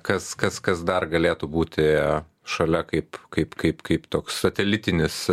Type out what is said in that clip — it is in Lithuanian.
kas kas kas dar galėtų būti šalia kaip kaip kaip kaip toks satelitinis